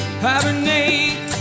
hibernate